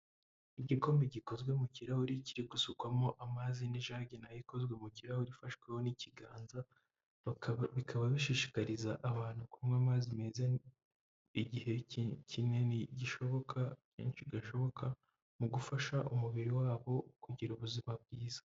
Igikombe gikozwe mu kirahuri kiri gusukwamo amazi n'ijagi na yo ikozwe mu kirahuri ifashweho n'ikiganza, bikaba bishishikariza abantu kunywa amazi meza igihe kinini gishoboka, kenshi gashoboka mu gufasha umubiri wabo kugira ubuzima bwiza.